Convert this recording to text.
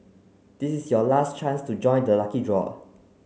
this is your last chance to join the lucky draw